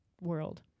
world